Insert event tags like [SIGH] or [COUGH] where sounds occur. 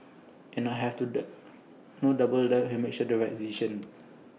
and I have to [UNINTELLIGIBLE] no doubt that he'll make the right decision